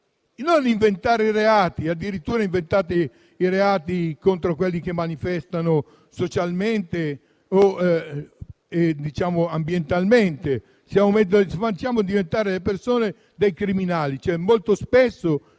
di inventare reati. Addirittura inventate reati contro coloro che manifestano socialmente o ambientalmente; facciamo diventare le persone dei criminali, cioè molto spesso,